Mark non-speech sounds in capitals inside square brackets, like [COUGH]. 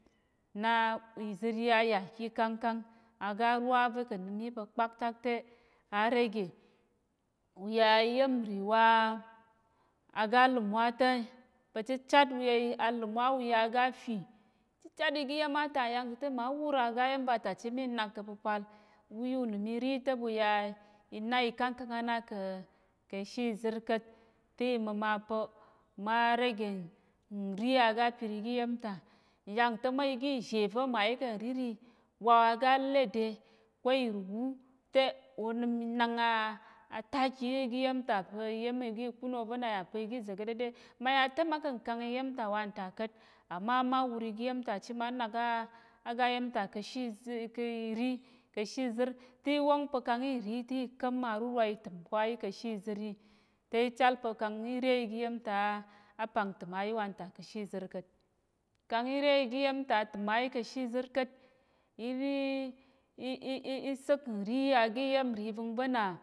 Na iziryi ayaki kangkang aga rwa va̱ ka̱nnim yi pa̱ kpaktak te arege uya iyemri wa aga limwá ta̱ pa̱ chichat uye alimwá uya gafi chichat igiyem ata yangta̱ te ma wur agayem vata chit minag ka̱pa̱pal ɓuyu nəm iri te ɓuya ina ikangkang ana ka̱ kishi zir ka̱t ti mma̱ma pa̱ ma rege nri aga pir igiyemta yangta̱ ma igizhe va̱ mayi ka̱n riri wa oga lede ko irugu te onim inang a ataki igiyem ta pa̱ iyem igikun ova̱ naya gize ka̱tɗeɗe maya te makəng kang igiyemta wanta ka̱t amama wur igiyem ta chit manak a gayemta ka̱shi [HESITATION] kiri ka̱shizir tiwongpa̱ kami ri ti ka̱m arurwa itəm ko ayi kashizir yi te ichalpa̱ kang ire igiyemta apang təm ayi wanta kishizir ka̱t, kang ire igiyemta tim ayi kashizir ka̱t [HESITATION] isik ri iyemri ivənva̱na